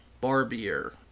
Barbier